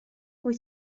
wyt